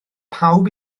pawb